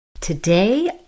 Today